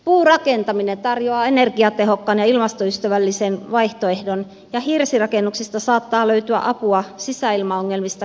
puurakentaminen tarjoaa energiatehokkaan ja ilmastoystävällisen vaihtoehdon ja hirsirakennuksista saattaa löytyä apua sisäilmaongelmista kärsiville